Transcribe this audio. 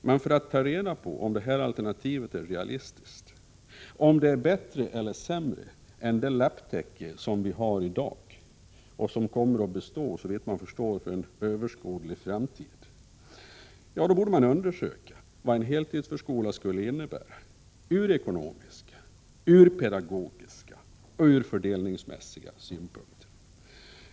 Men för att ta reda på om detta alternativ är realistiskt, om det är bättre eller sämre än det lapptäcke som vi har i dag och som, såvitt man förstår, kommer att bestå för överskådlig framtid, då borde man undersöka vad en heltidsförskola skulle innebära ur ekonomiska, pedagogiska och fördelningsmässiga synvinklar.